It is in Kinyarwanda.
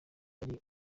yari